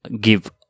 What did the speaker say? give